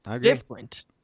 different